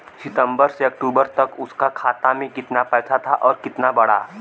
सितंबर से अक्टूबर तक उसका खाता में कीतना पेसा था और कीतना बड़ा?